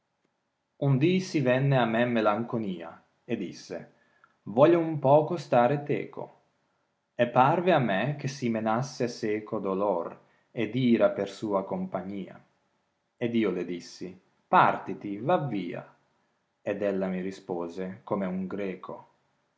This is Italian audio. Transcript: di si venne a me melanconia disse voglio un poco stare teco parve a me che si menasse seco dolor ed ira per sua compagnia d io le dissi partiti va via d ella mi rispose come un greco